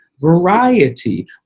variety